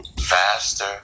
faster